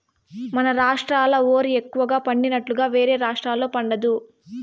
మన రాష్ట్రాల ఓరి ఎక్కువగా పండినట్లుగా వేరే రాష్టాల్లో పండదు